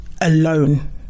alone